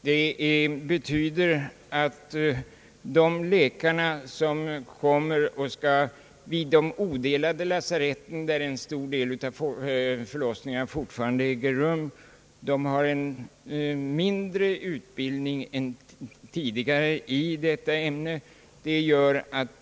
Det: betyder att de läkare som kommer till de odelade lasaretten, där en stor del av förlossningarna fortfarande äger rum, har en lägre utbildning än tidigare i detta ämne.